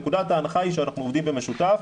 נקודת ההנחה היא שאנחנו עובדים במשותף,